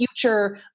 future